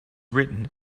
written